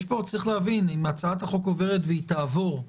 צריך להבין שאם הצעת החוק עוברת, והיא תעבור,